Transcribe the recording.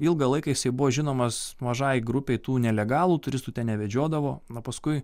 ilgą laiką jisai buvo žinomas mažai grupei tų nelegalų turistų ten nevedžiodavo nu paskui